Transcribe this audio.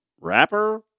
rapper